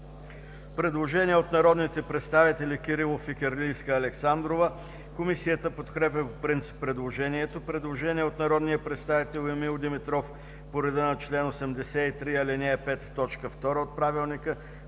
Предложение от народните представители Кирилов, Фикирлийска и Александрова. Комисията подкрепя предложението. Предложение от народния представител Димитър Лазаров по реда на чл. 83, ал. 5, т. 2 от Правилника.